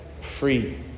free